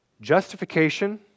justification